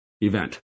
event